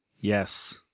yes